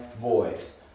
voice